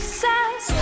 says